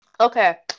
Okay